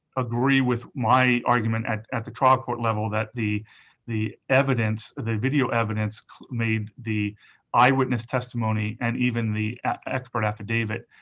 agree with my argument at at the trial court level that the the evidence, the video evidence made the eyewitness testimony and even the expert affidavit